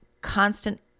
constant